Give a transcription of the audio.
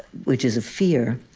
which is a fear.